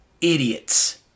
idiots